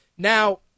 Now